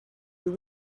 you